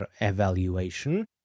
evaluation